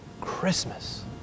Christmas